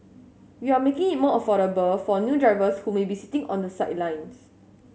we are making it more affordable for new drivers who may be sitting on the sidelines